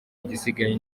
igisigaye